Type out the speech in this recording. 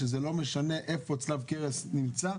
לא משנה איפה צלב הקרס נמצא,